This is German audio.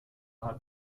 hat